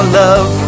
love